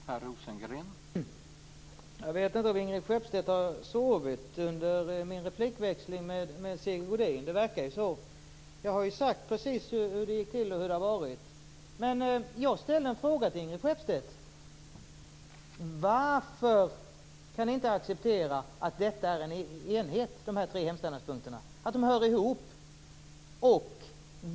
Herr talman! Jag vet inte om Ingrid Skeppstedt har sovit under min replikväxling med Sigge Godin. Det verkar så. Jag har sagt precis hur det gick till och hur det var. Jag vill ställa en fråga till Ingrid Skeppstedt. Varför kan ni inte acceptera att dessa tre hemställanspunkter är en enhet, att de hör ihop?